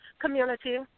community